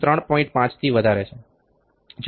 5 થી વધારે છે